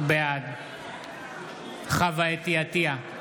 בעד חוה אתי עטייה,